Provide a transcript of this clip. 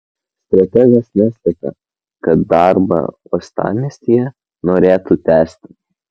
strategas neslėpė kad darbą uostamiestyje norėtų tęsti